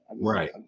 Right